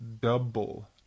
Double